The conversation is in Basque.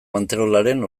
manterolaren